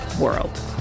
world